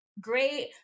great